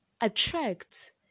Attract